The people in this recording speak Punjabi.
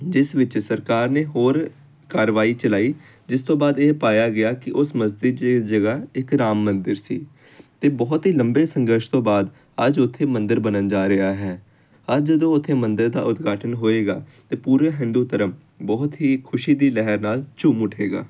ਜਿਸ ਵਿੱਚ ਸਰਕਾਰ ਨੇ ਹੋਰ ਕਾਰਵਾਈ ਚਲਾਈ ਜਿਸ ਤੋਂ ਬਾਅਦ ਇਹ ਪਾਇਆ ਗਿਆ ਕਿ ਉਸ ਮਸਜਿਦ 'ਚ ਇਹ ਜਗ੍ਹਾ ਇੱਕ ਰਾਮ ਮੰਦਰ ਸੀ ਅਤੇ ਬਹੁਤ ਹੀ ਲੰਬੇ ਸੰਘਰਸ਼ ਤੋਂ ਬਾਅਦ ਅੱਜ ਉੱਥੇ ਮੰਦਰ ਬਣਨ ਜਾ ਰਿਹਾ ਹੈ ਅੱਜ ਜਦੋਂ ਉੱਥੇ ਮੰਦਰ ਦਾ ਉਦਘਾਟਨ ਹੋਏਗਾ ਤਾਂ ਪੂਰਾ ਹਿੰਦੂ ਧਰਮ ਬਹੁਤ ਹੀ ਖੁਸ਼ੀ ਦੀ ਲਹਿਰ ਨਾਲ ਝੂਮ ਉੱਠੇਗਾ